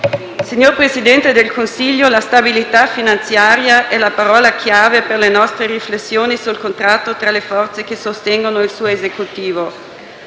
Signor Presidente del Consiglio, la stabilità finanziaria è la parola chiave per le nostre riflessioni sul contratto tra le forze che sostengono il suo Esecutivo.